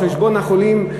על-חשבון החולים.